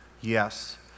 Yes